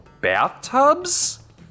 bathtubs